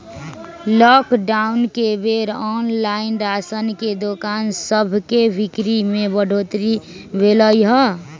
lockdown के बेर online राशन के दोकान सभके बिक्री में बढ़ोतरी भेल हइ